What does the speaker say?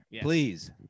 Please